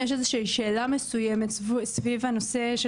אם יש איזושהי שאלה מסוימת סביב הנושא של